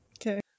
Okay